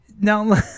Now